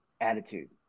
attitude